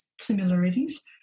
similarities